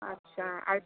আচ্ছা আর